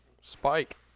Spike